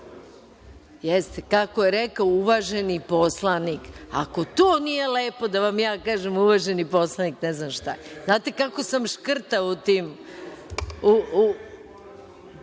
kako je rekao uvaženi poslanik. Ako to nije lepo, da vam ja kažem uvaženi poslanik, ne znam šta je. Znate kako sam škrta u tim